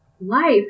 life